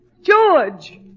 George